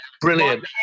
brilliant